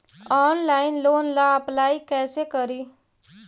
Online loan ला apply कैसे करी?